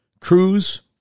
Cruz